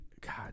God